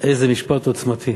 איזה משפט עוצמתי.